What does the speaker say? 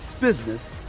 business